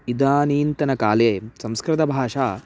इदानीन्तनकाले संस्कृतभाषा